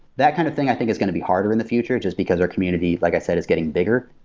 that kind of thing i think is going to be harder in the future, just because our community, like i said, is getting bigger.